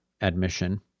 admission